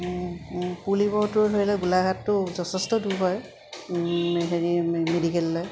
ধৰিলে গোলাঘাটটো যথেষ্ট দূৰ হয় হেৰি মেডিকেললৈ